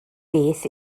beth